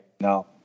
No